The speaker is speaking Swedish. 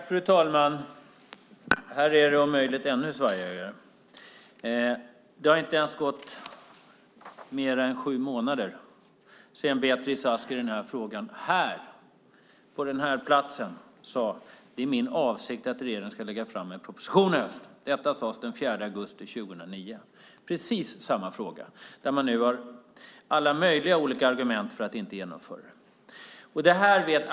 Fru talman! Här är det om möjligt ännu svajigare. Det har inte ens gått sju månader sedan Beatrice Ask i den här frågan på den här platsen sade: Det är min avsikt att regeringen ska lägga fram en proposition i höst. Detta sades den 4 augusti 2009. I precis samma fråga har man nu alla möjliga olika argument för att inte genomföra det.